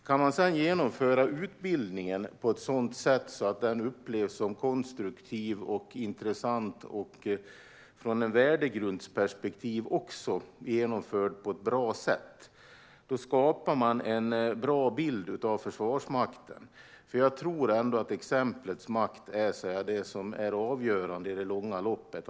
Och om utbildningen kan genomföras på ett sådant sätt att den upplevs som konstruktiv och intressant, och om den genomförs på ett ur ett värdegrundsperspektiv bra sätt, skapas en bra bild av Försvarsmakten. Jag tror att exemplets makt är avgörande i det långa loppet.